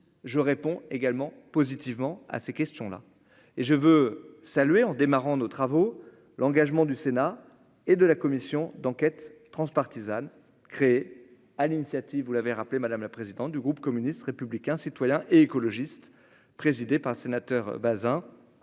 je réponds également positivement à ces questions là et je veux saluer en démarrant nos travaux, l'engagement du Sénat et de la commission d'enquête transpartisane créée à l'initiative, vous l'avez rappelé, madame la présidente du groupe communiste, républicain, citoyen et écologiste présidé par le sénateur Bazin